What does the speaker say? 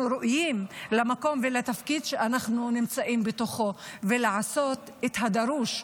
ראויים למקום ולתפקיד שאנחנו נמצאים בו ולעשות את הדרוש.